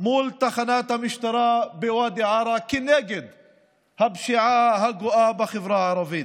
מול תחנת המשטרה בוואדי עארה כנגד הפשיעה הגואה בחברה הערבית.